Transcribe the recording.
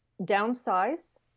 downsize